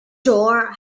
door